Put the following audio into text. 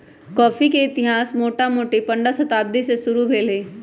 coffee के इतिहास मोटामोटी पंडह शताब्दी से शुरू भेल हइ